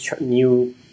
new